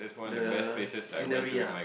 the scenery ah